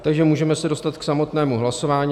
Takže se můžeme dostat k samotnému hlasování.